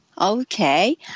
okay